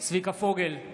צביקה פוגל,